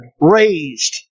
raised